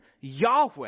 Yahweh